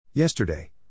Yesterday